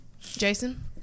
Jason